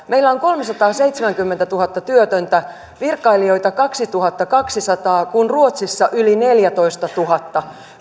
meillä on kolmesataaseitsemänkymmentätuhatta työtöntä virkailijoita kaksituhattakaksisataa kun ruotsissa on yli neljännentoistatuhannennen